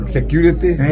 Security